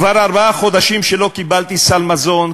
כבר ארבעה חודשים שלא קיבלתי סל מזון,